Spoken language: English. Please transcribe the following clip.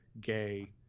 gay